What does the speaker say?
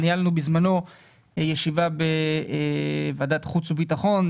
ניהלנו בזמנו ישיבה בוועדת חוץ וביטחון,